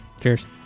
Cheers